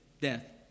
death